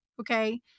Okay